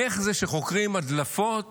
איך זה שחוקרים הדלפות